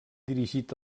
dirigit